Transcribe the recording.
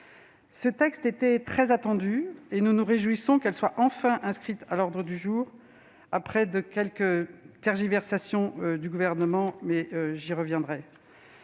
Ce texte était très attendu, et nous nous réjouissons qu'il soit enfin inscrit à l'ordre du jour, après quelques tergiversations du Gouvernement, sur lesquelles je reviendrai.